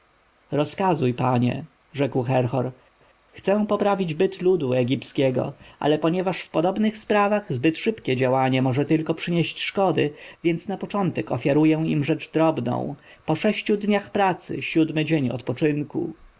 rozkazuj panie rzekł herhor chcę poprawić byt ludu egipskiego ale ponieważ w podobnych sprawach zbyt szybkie działanie może tylko przynieść szkody więc na początek ofiaruję im rzecz drobną po sześciu dniach pracy siódmy dzień odpoczynku